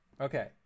Okay